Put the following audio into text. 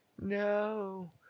No